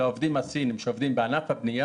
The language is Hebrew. של העובדים הסינים שעובדים בענף הבנייה